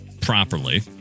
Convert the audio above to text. properly